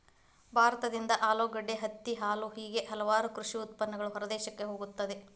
ಭಾರತದಿಂದ ಆಲೂಗಡ್ಡೆ, ಹತ್ತಿ, ಹಾಲು ಹೇಗೆ ಹಲವಾರು ಕೃಷಿ ಉತ್ಪನ್ನಗಳು ಹೊರದೇಶಕ್ಕೆ ಹೋಗುತ್ತವೆ